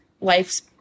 life's